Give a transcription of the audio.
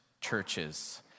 churches